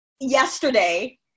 yesterday